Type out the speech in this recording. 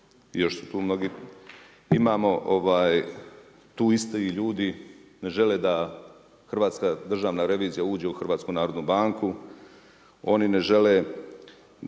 još su tu mnogi, imamo tu isto i ljudi ne žele da hrvatska Državna revizija uđe u HNB, oni ne žele